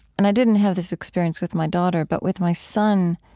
and i didn't have this experience with my daughter, but with my son,